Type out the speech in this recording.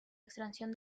extracción